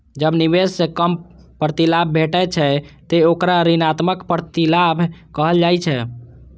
जब निवेश सं कम प्रतिलाभ भेटै छै, ते ओकरा ऋणात्मक प्रतिलाभ कहल जाइ छै